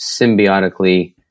symbiotically